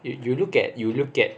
if you look at you look at